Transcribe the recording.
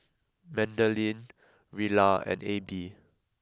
Madeleine Rilla and Abie